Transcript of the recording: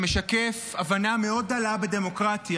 שמשקף הבנה מאוד דלה בדמוקרטיה,